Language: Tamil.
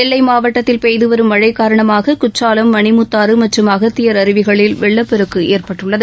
நெல்லை மாவட்டத்தில் பெய்து வரும் மழை காரணமாக குற்றாலம் மணிமுத்தாறு மற்றும் அகத்தியர் அருவிகளில் வெள்ளப்பெருக்கு ஏற்பட்டுள்ளது